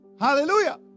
Hallelujah